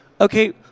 okay